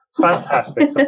Fantastic